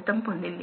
ఉంది ఇది గణనీయమైనది